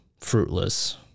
fruitless